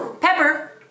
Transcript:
pepper